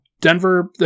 Denver